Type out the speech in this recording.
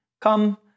Come